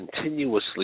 continuously